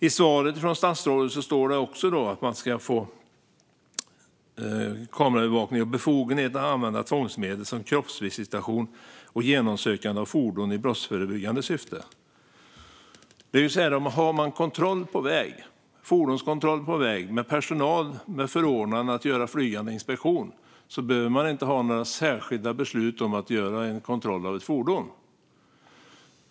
I svaret säger statsrådet att man ska få kameraövervakning och befogenheter att använda tvångsmedel som kroppsvisitation och genomsökande av fordon i brottsförebyggande syfte. Har man fordonskontroll på väg med personal med förordnanden att göra flygande inspektion behöver man inte ha några särskilda beslut om att göra en kontroll av ett fordon.